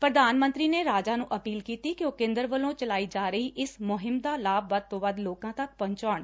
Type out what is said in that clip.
ਪ੍ਰਧਾਨ ਮੰਤਰੀ ਨੇ ਰਾਜਾਂ ਨੂੰ ਅਪੀਲ ਕੀਤੀ ਕਿ ਉਹ ਕੇ ਦਰ ਵਲੋਂ ਚਲਾਈ ਜਾ ਰਹੀ ਇਸ ਮੁਹਿੰਮ ਦਾ ਲਾਭ ਵੱਧ ਤੋ ਵੱਧ ਲੋਕਾ ਤੱਕ ਪਹੁੰਚਾਉਣ